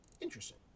Interesting